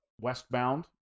westbound